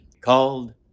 called